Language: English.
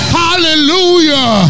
hallelujah